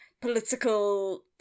political